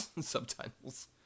subtitles